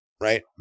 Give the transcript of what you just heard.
Right